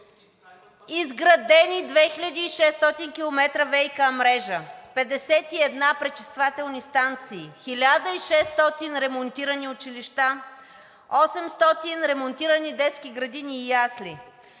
изградена 2600 км ВиК мрежа; 51 пречиствателни станции; 1600 ремонтирани училища; 800 ремонтирани детски градини и ясли.